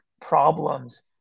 problems